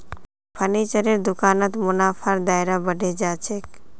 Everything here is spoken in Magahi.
फर्नीचरेर दुकानत मुनाफार दायरा बढ़े जा छेक